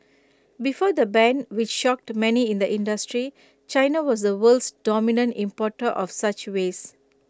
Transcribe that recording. before the ban which shocked many in the industry China was the world's dominant importer of such waste